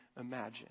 imagine